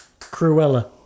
Cruella